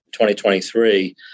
2023